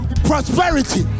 prosperity